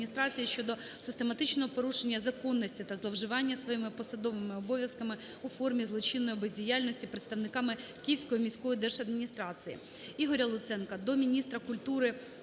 щодо систематичного порушення законності та зловживання своїми посадовими обов'язками у формі злочинної бездіяльності представниками Київської міської державної адміністрації. Ігоря Луценка до міністра культури